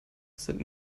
sind